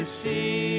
See